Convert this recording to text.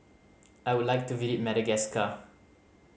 I would like to visit Madagascar